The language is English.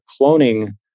cloning